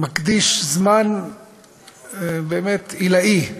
ומקדיש זמן באמת עילאי,